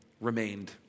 remained